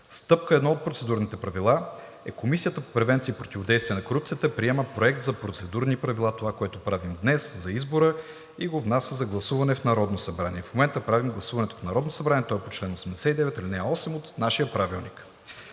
Стъпка 1 от Процедурните правила е: Комисията по превенция и противодействие на корупцията приема Проект за Процедурни правила – това, което правим днес, за избора и го внася за гласуване в Народното събрание. В момента правим гласуването в Народното събрание. То е по чл. 89, ал. 8 от нашия Правилник.